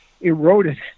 eroded